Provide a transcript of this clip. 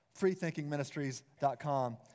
freethinkingministries.com